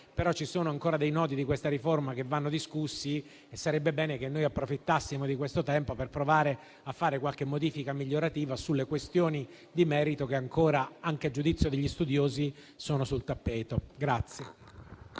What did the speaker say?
ma ci sono ancora dei nodi di questa riforma che vanno discussi e sarebbe bene che approfittassimo di questo tempo per provare a fare qualche modifica migliorativa sulle questioni di merito che ancora, anche a giudizio degli studiosi, sono sul tappeto.